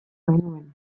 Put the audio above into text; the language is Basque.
genuen